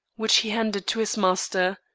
which he handed to his master.